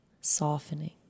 softening